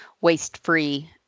waste-free